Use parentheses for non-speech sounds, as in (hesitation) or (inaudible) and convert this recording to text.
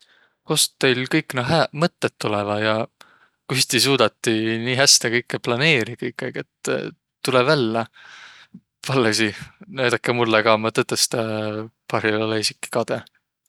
Kost teil kõik naaq hääq mõttõq tulõvaq? Ja kuis tiiq suudatiq nii häste kõikõ planiiriq kõikaig, et (hesitation) tulõ vällä? Pallõsi, näüdäkeq mullõ ka, maq tõtõstõ parhillaq esiki olõ kadõ.